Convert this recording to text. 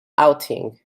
outing